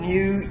New